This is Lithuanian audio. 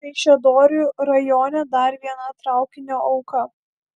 kaišiadorių rajone dar viena traukinio auka